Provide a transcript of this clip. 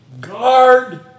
Guard